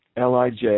LIJ